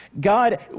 God